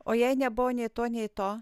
o jei nebuvo nei to nei to